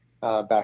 back